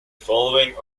following